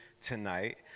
tonight